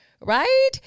Right